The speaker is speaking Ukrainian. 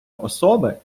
особи